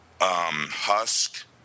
Husk